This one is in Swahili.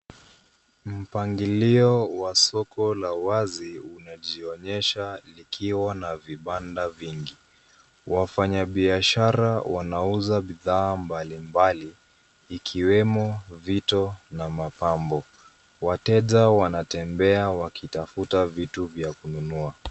Mpangilio wa soko la wazi unajionyesha likiwa na vibanda vingi. Wafanyabiashara wanauza bidhaa mbalimbali ikiwemo vito na mapambo. Wateja wanatembea wakitafuta vitu vya kununua.